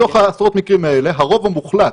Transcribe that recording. מתוך עשרות המקרים האלה הרוב המוחלט,